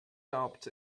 doubt